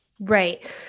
Right